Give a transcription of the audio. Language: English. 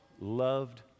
loved